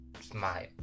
smile